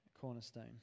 Cornerstone